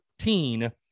13